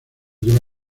lleva